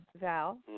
Val